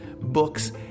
books